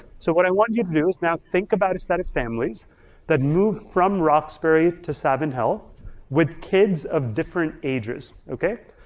so what i want you to do is now think about a set of families that moved from roxbury to savin hill with kids of different ages, okay,